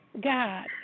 God